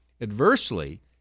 Adversely